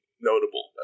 notable